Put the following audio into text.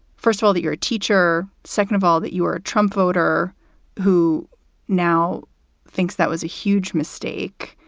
first of all, that you're a teacher. second of all, that you are a trump voter who now thinks that was a huge mistake,